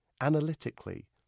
analytically